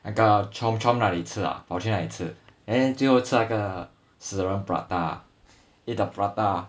那个 chomp chomp 那里吃 ah 跑去那里吃 and then 就吃那个 srisun prata ah eat the prata